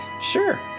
Sure